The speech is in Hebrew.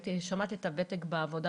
שמעת איזה ותק יש לה בעבודה,